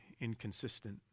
inconsistent